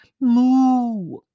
Moo